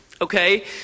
okay